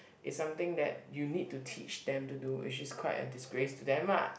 it's something that you need to teach them to do which is quite a disgrace to them lah